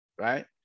right